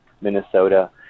Minnesota